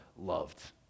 loved